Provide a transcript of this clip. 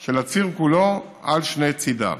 של הציר כולו על שני צידיו.